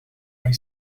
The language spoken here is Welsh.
mae